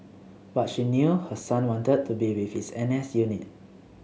but she knew her son wanted to be with his N S unit